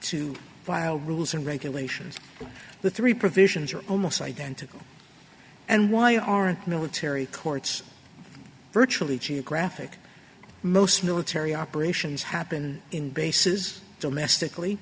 to rules and regulations the three provisions are almost identical and why aren't military courts virtually geographic most military operations happen in bases domestically